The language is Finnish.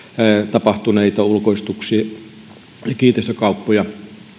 tapahtuneita ulkoistuksia ja kiinteistökauppoja